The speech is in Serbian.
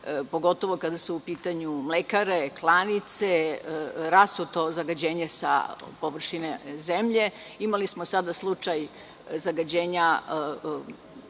pogotovo kada su u pitanju mlekare, klanice, rasuto zagađenje sa površine zemlje. Imali smo sada slučaj zagađenja